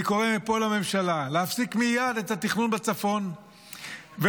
אני קורא מפה לממשלה להפסיק מייד את התכנון בצפון ולהתמקד